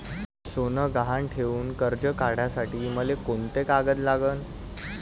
सोनं गहान ठेऊन कर्ज काढासाठी मले कोंते कागद लागन?